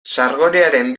sargoriaren